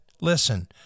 Listen